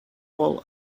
all